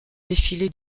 défilé